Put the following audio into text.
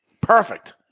Perfect